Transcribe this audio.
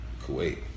Kuwait